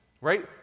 Right